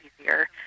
easier